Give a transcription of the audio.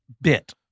bit